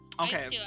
Okay